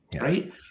right